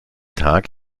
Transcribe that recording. tag